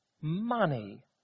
Money